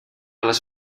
les